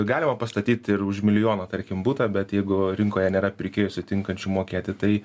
galima pastatyt ir už milijoną tarkim butą bet jeigu rinkoje nėra pirkėjų sutinkančių mokėti tai